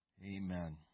Amen